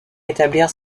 établir